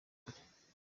kure